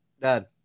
Dad